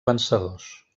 vencedors